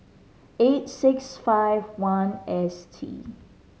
eight six five one S T